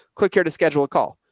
click here to schedule a call.